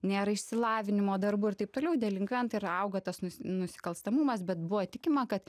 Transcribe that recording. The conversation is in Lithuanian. nėra išsilavinimo darbo ir taip toliau delinkventai ir auga tas nusikalstamumas bet buvo tikima kad